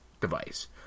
device